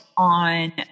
on